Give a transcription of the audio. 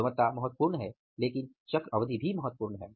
गुणवत्ता महत्वपूर्ण है लेकिन चक्र अवधि भी महत्वपूर्ण है